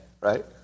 right